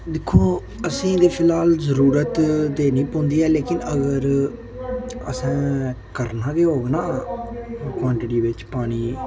दिक्खो असेंगी फिलहाल जरूरत ते नी पौंदी ऐ लेकिन अगर असें करना बी होऐ न क्वांटिटी बिच्च पानी